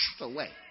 away